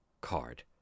card